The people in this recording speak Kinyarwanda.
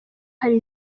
hari